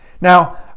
Now